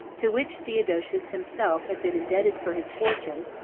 to which theodosius himself had been indebted for his fortune,